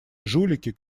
жулики